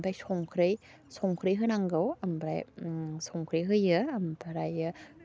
आमफाय संख्रै संख्रै होनांगौ आमफ्राय संख्रि होयो आमफ्रायो